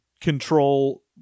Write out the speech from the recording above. control